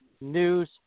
News